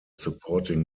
supporting